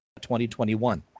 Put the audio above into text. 2021